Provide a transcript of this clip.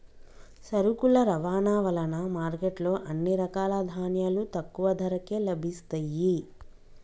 సరుకుల రవాణా వలన మార్కెట్ లో అన్ని రకాల ధాన్యాలు తక్కువ ధరకే లభిస్తయ్యి